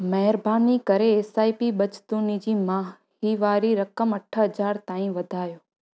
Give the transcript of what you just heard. महिरबानी करे S I P बचतुनि जी माहिवारी रक़म अठ हज़ार ताईं वधायो